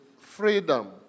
freedom